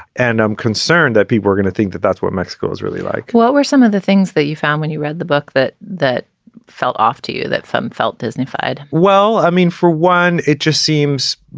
and i'm concerned that people are gonna think that that's what mexico is really like what were some of the things that you found when you read the book that that felt off to you, that some felt disneyfied? well, i mean, for one, it just seems